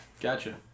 Gotcha